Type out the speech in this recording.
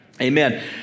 Amen